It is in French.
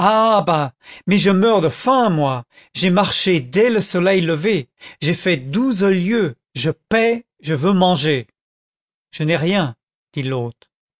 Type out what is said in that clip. mais je meurs de faim moi j'ai marché dès le soleil levé j'ai fait douze lieues je paye je veux manger je n'ai rien dit l'hôte